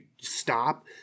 stop